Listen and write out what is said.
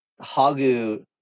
Hagu